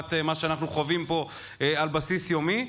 לעומת מה שאנחנו חווים פה על בסיס יומי.